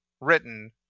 written